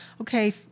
Okay